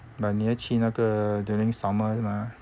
but 你要去去那个 during summer 是吗